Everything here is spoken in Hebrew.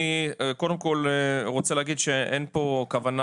אני קודם כל רוצה להגיד שאין פה כוונה